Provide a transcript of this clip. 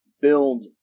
build